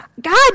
God